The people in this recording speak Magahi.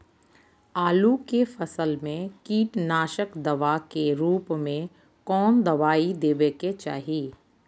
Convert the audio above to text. आलू के फसल में कीटनाशक दवा के रूप में कौन दवाई देवे के चाहि?